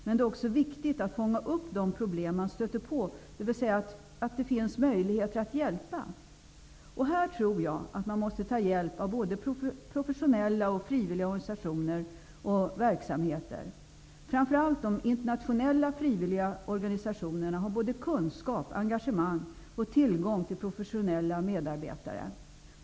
Men det är också viktigt att fånga upp de problem man stöter på, dvs. att det finns möjligheter att hjälpa. Här tror jag att man måste ta hjälp av både professionella och frivilliga organisationer och verksamheter. Framför allt de internationella frivilliga organisationerna har både kunskap och engagemang och tillgång till professionella medarbetare.